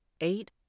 Eight